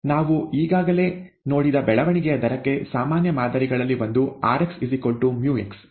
ನಾವು ಈಗಾಗಲೇ ನೋಡಿದ ಬೆಳವಣಿಗೆಯ ದರಕ್ಕೆ ಸಾಮಾನ್ಯ ಮಾದರಿಗಳಲ್ಲಿ ಒಂದು rx µx